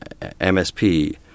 MSP